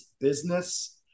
business